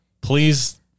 please